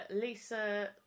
Lisa